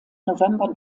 november